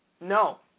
No